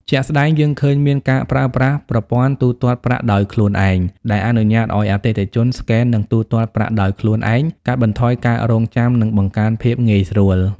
ជាក់ស្តែង យើងឃើញមានការប្រើប្រាស់ប្រព័ន្ធទូទាត់ប្រាក់ដោយខ្លួនឯង ដែលអនុញ្ញាតឲ្យអតិថិជនស្កេន និងទូទាត់ប្រាក់ដោយខ្លួនឯង កាត់បន្ថយការរង់ចាំ និងបង្កើនភាពងាយស្រួល។